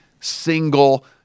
single